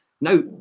Now